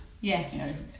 yes